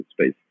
space